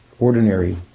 ordinary